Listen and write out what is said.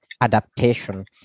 adaptation